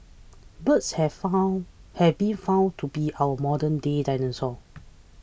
birds have found have been found to be our modern day dinosaurs